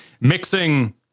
mixing